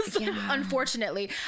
Unfortunately